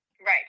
right